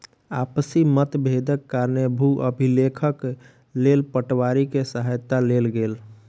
आपसी मतभेदक कारणेँ भू अभिलेखक लेल पटवारी के सहायता लेल गेल